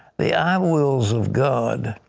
the i wills of god,